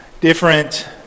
different